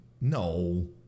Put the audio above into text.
No